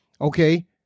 okay